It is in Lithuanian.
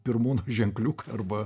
pirmūnų ženkliuką arba